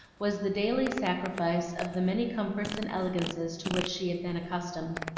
was the daily sacrifice of the many comforts and elegances to which she had been accustomed.